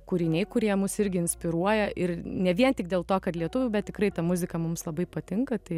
kūriniai kurie mus irgi inspiruoja ir ne vien tik dėl to kad lietuvių bet tikrai ta muzika mums labai patinka tai